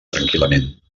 tranquil·lament